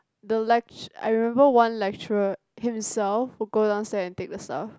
the lecture~ I remember one lecturer himself will go downstair and take the stuff